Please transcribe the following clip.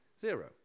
Zero